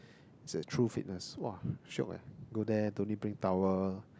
it's a True Fitness !wah! shiok eh go there don't need bring towel